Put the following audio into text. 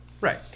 Right